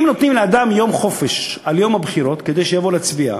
אם נותנים לאדם יום חופש ביום הבחירות כדי שיבוא להצביע,